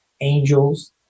angels